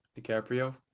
DiCaprio